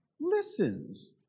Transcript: listens